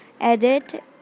edit